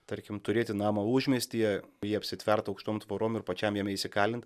tarkim turėti namą užmiestyje jį apsitvert aukštom tvorom ir pačiam jame įsikalint